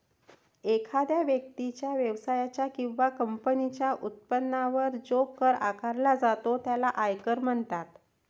एखाद्या व्यक्तीच्या, व्यवसायाच्या किंवा कंपनीच्या उत्पन्नावर जो कर आकारला जातो त्याला आयकर म्हणतात